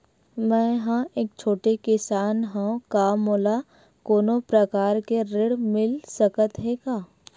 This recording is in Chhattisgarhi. मै ह एक छोटे किसान हंव का मोला कोनो प्रकार के ऋण मिल सकत हे का?